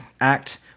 act